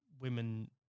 women